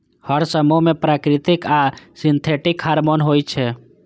हर समूह मे प्राकृतिक आ सिंथेटिक हार्मोन होइ छै